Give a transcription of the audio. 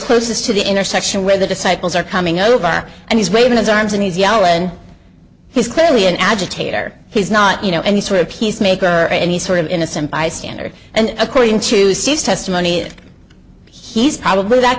closest to the intersection where the disciples are coming over and he's waving his arms and he's yellow and he's clearly an agitator he's not you know any sort of peacemaker and he's sort of innocent bystander and according to sees testimony that he's probably that